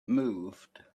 moved